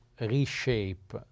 reshape